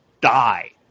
die